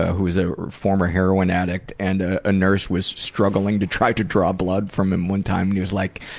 who is a former heroin addict and ah a nurse was struggling to try to draw blood from him one time and he was like,